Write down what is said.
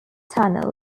tunnel